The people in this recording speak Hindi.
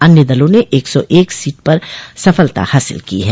अन्य दलों ने एक सौ एक सीटों पर सफलता हासिल की है